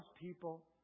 people